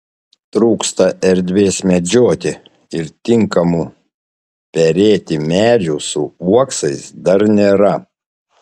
trūksta erdvės medžioti ir tinkamų perėti medžių su uoksais dar nėra